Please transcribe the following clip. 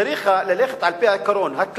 צריך ללכת על-פי העיקרון, הכלל,